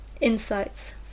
insights